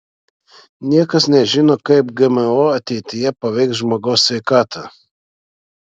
niekas nežino kaip gmo ateityje paveiks žmogaus sveikatą